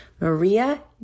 Maria